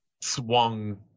swung